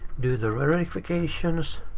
do the verifications,